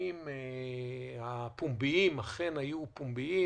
הדיונים הפומביים אכן היו פומביים,